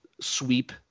sweep